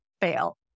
fail